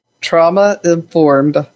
trauma-informed